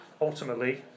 Ultimately